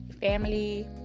family